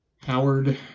Howard